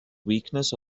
weakness